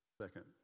Second